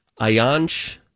Ayanch